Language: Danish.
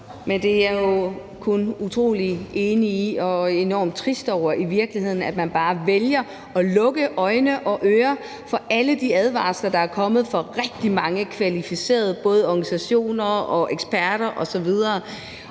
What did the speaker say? jeg er i virkeligheden enormt trist over, at man bare vælger at lukke øjne og ører for alle de advarsler, der er kommet, fra rigtig mange kvalificerede organisationer og eksperter osv.